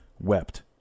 wept